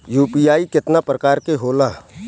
UPI केतना प्रकार के होला?